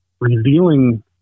revealing